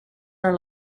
are